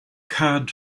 card